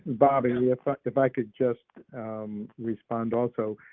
bobby. if i could just respond also,